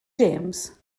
james